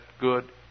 good